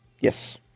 Yes